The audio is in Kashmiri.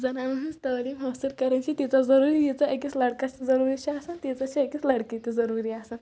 زَنانَن ہٕنٛز تعلیٖم حٲصِل کَرٕنۍ چھ تیٖژاہ ضروٗری یٖژاہ أکِس لٔڑکَس ضروٗری چھ آسَان تیٖژاہ چھ أکِس لٔڑکی تہِ ضروٗری آسان